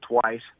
twice